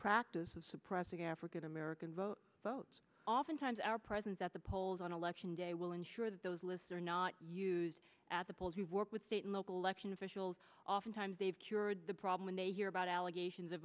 practice of suppressing african american vote votes oftentimes our presence at the polls on election day will ensure that those lists are not used at the polls you work with state and local election officials oftentimes they've cured the problem and they hear about allegations of